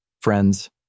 Friends